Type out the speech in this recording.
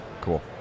cool